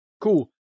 cool